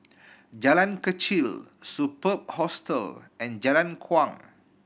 Jalan Kechil Superb Hostel and Jalan Kuang